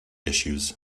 issues